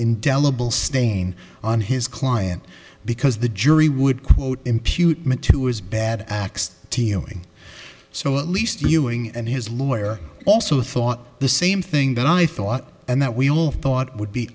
indelible stain on his client because the jury would quote impute meant to his bad acts teeling so at least viewing and his lawyer also thought the same thing that i thought and that we all thought would be